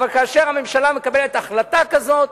כאשר הממשלה מקבלת החלטה כזאת,